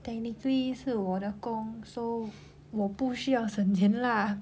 technically 是我的工 so 我不需要省钱啦